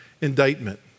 indictment